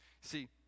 see